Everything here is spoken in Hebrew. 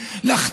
שלי.)